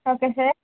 okay sir